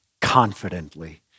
confidently